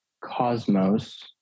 Cosmos